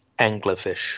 anglerfish